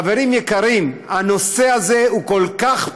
חברים יקרים, הנושא הזה כל כך פשוט,